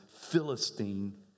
Philistine